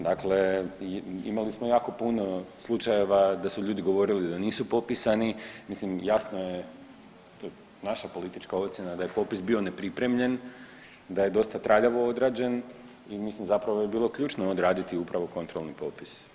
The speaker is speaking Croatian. Dakle, imali smo jako puno slučajeva da su ljudi govorili da nisu popisani, mislim jasno je naša politička ocjena da je popisa bio nepripremljen, da je dosta traljavo odrađeni i mislim zapravo je bilo ključno odraditi upravo kontrolni popis.